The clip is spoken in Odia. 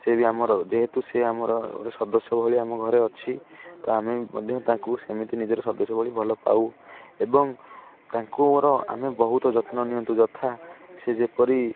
ସେ ବି ଆମର ଯେହେତୁ ସେ ଆମର ଗୋଟେ ସଦସ୍ୟ ଭଳି ଆମ ଘରେ ଅଛି ତ ଆମେ ମଧ୍ୟ ତାଙ୍କୁ ସେମିତି ନିଜର ସଦସ୍ୟ ଭଳି ଭଲ ପାଉ ଏବଂ ତାଙ୍କର ଆମେ ବହୁତ ଯତ୍ନ ନିଅନ୍ତୁ ଯଥା ସେ ଯେପରି